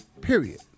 Period